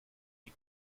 die